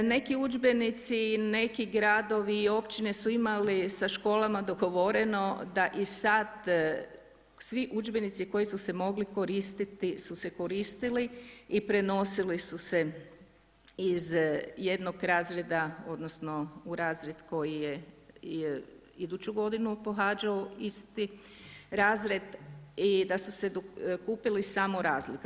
Neki udžbenici i neki gradovi i općine su imali sa školama dogovoreno da i sad svi udžbenici koji su se mogli koristiti su se koristili i prenosili su se iz jednog razreda odnosno u razred koji je iduću godinu pohađao isti razred i da su se kupili samo razlika.